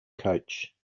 coach